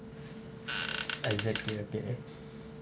exactly I think eh